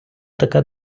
така